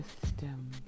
system